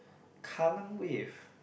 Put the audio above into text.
kallang Wave